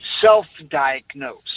self-diagnose